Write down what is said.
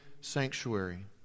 sanctuary